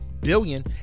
billion